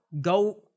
go